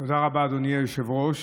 תודה רבה, אדוני היושב-ראש.